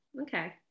Okay